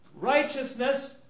righteousness